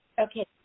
Okay